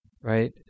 right